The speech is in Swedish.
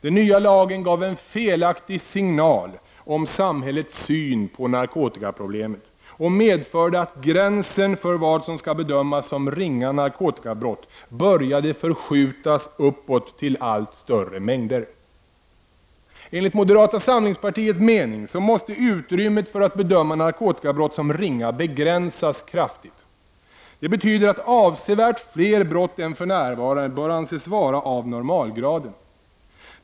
Den nya lagen gav en felaktig signal om samhällets syn på narkotikaproblemet och medförde att gränsen för vad som skall bedömas som ringa narkotikabrott började förskjutas uppåt till allt större mängder. Enligt moderata samlingspartiets mening måste utrymmet för att bedöma narkotikabrott som ringa begränsas kraftigt. Det betyder att avsevärt fler brott än för närvarande bör anses vara av normalgraden.